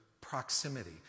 proximity